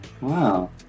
Wow